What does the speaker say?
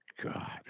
God